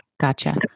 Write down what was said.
gotcha